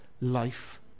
life